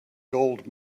gold